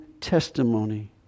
testimony